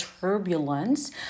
turbulence